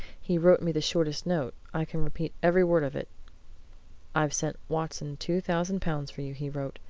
he wrote me the shortest note i can repeat every word of it i've sent watson two thousand pounds for you he wrote.